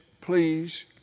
Please